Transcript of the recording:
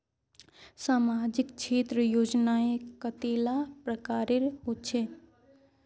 सामाजिक क्षेत्र योजनाएँ कतेला प्रकारेर होचे?